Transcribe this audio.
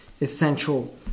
essential